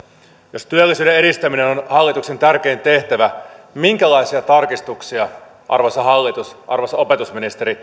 jos työllisyyden edistäminen on hallituksen tärkein tehtävä minkälaisia tarkistuksia arvoisa hallitus arvoisa opetusministeri